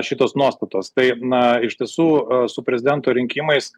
šitos nuostatos taip na iš tiesų su prezidento rinkimais